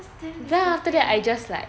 that's damn disgusting